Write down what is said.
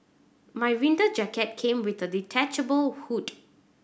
my winter jacket came with a detachable hood